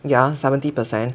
yeah seventy percent